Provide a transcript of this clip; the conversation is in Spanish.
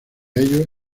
ellos